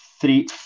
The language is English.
three